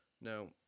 Now